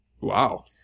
Wow